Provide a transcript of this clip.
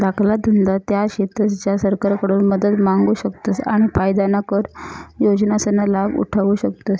धाकला धंदा त्या शेतस ज्या सरकारकडून मदत मांगू शकतस आणि फायदाना कर योजनासना लाभ उठावु शकतस